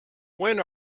when